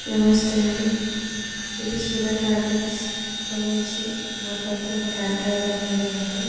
నమస్తే అండి ఇది సూర్య ట్రావెలింగ్స్ లో నించి మాట్లాడుతున్న క్యాబ్ డ్రైవర్ ఏనా అండి నాతో